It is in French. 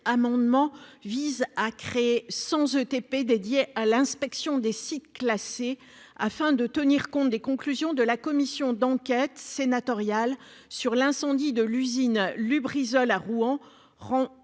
amendement vise à créer 100 ETP dédiés à l'inspection des sites classés, afin de tenir compte des conclusions de la commission d'enquête sénatoriale sur l'incendie de l'usine Lubrizol à Rouen,